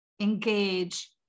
engage